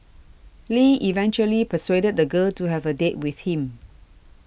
Lee eventually persuaded the girl to have a date with him